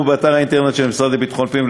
באתר האינטרנט של המשרד לביטחון הפנים.